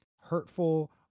hurtful